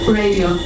radio